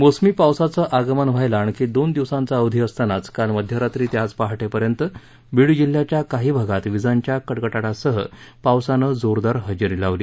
मोसमी पावसाचं आगमन व्हायला आणखी दोन दिव्सांचा अवधी असतानाच काल मध्यरात्री ते आज पहाटेपर्यंत बीड जिल्ह्याच्या काही भागात वीजांच्या कडकडाटासह पावसाने जोरदार हजेरी लावली